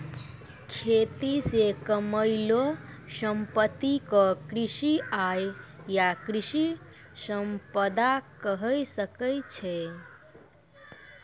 खेती से कमैलो संपत्ति क कृषि आय या कृषि संपदा कहे सकै छो